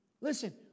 Listen